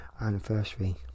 Anniversary